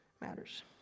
matters